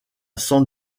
san